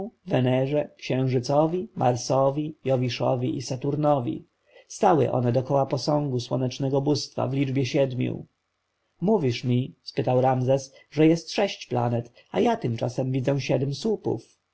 księżycowi marsowi jowiszowi i saturnowi stały one dokoła posągu słonecznego bóstwa w liczbie siedmiu mówisz mi spytał ramzes że jest sześć planet a tymczasem widzę siedem słupów